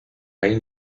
hay